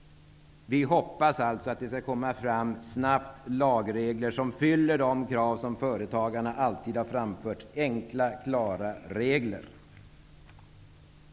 Vi hoppas alltså att det snabbt skall komma fram lagregler som uppfyller de krav som företagarna alltid har framfört om enkla, klara regler.